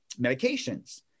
medications